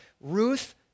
Ruth